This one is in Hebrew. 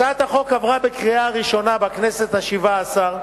הצעת החוק עברה בקריאה ראשונה בכנסת השבע-עשרה,